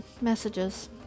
messages